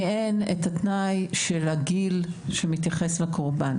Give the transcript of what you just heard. כי אין את התנאי של הגיל שמתייחס לקורבן,